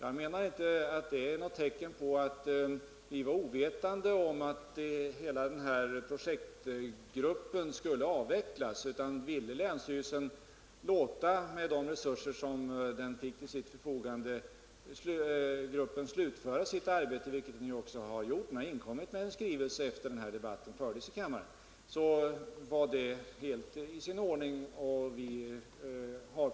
Det är inte något tecken på att vi var ovetande om att hela projektgruppen skulle avvecklas. Om länsstyrelsen, med de resurser den fick till sitt förfogande, ville att gruppen skulle slutföra sitt arbete — vilket den också gjort, för den har inkommit med en skrivelse efter det att debatten fördes i kammaren — så var det helt i sin ordning.